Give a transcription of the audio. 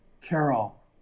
Carol